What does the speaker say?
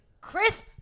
Chris